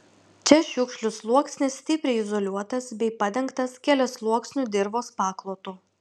čia šiukšlių sluoksnis stipriai izoliuotas bei padengtas keliasluoksniu dirvos paklotu